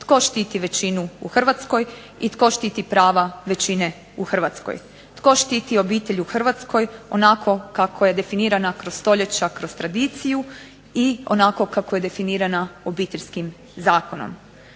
tko štiti većinu u Hrvatskoj i tko štiti prava većine u Hrvatskoj, tko štiti obitelj u Hrvatskoj onako kako je definirana kroz stoljeća, kroz tradiciju i onako kako je definirana Obiteljskim zakonom.